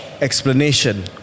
explanation